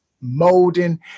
molding